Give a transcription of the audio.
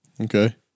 Okay